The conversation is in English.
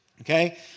Okay